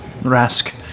Rask